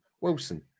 Wilson